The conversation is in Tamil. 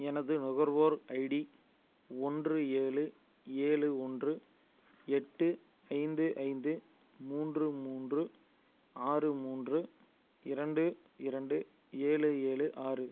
எனது நுகர்வோர் ஐடி ஒன்று ஏழு ஏழு ஒன்று எட்டு ஐந்து ஐந்து மூன்று மூன்று ஆறு மூன்று இரண்டு இரண்டு ஏழு ஏழு ஆறு